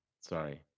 Sorry